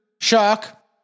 shock